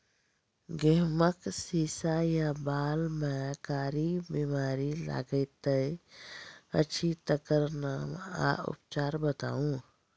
गेहूँमक शीश या बाल म कारी बीमारी लागतै अछि तकर नाम आ उपचार बताउ?